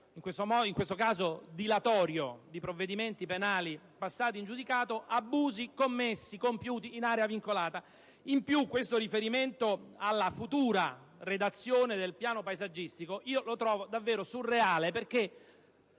in questo caso dilatorio di provvedimenti penali passati in giudicato abusi compiuti in area vincolata. Inoltre, il riferimento alla futura redazione del piano paesaggistico lo trovo davvero surreale, perché